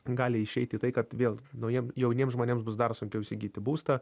gali išeiti į tai kad vėl naujiem jauniem žmonėms bus dar sunkiau įsigyti būstą